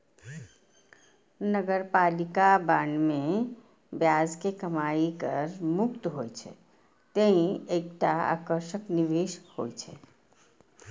नगरपालिका बांड मे ब्याज के कमाइ कर मुक्त होइ छै, तें ई एकटा आकर्षक निवेश होइ छै